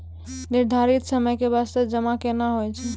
निर्धारित समय के बास्ते जमा केना होय छै?